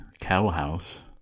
cowhouse